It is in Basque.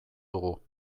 dugu